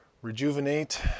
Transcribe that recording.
rejuvenate